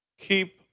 Keep